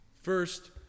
First